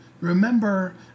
remember